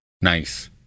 Nice